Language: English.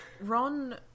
Ron